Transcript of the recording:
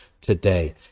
today